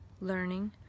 learning